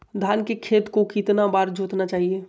धान के खेत को कितना बार जोतना चाहिए?